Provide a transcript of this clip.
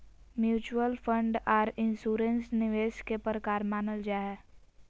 mutual fund आर insurance निवेश के प्रकार मानल जा हय